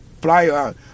flyer